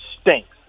stinks